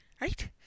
right